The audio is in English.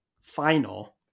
final